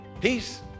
peace